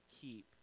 keep